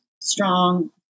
strong